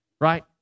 right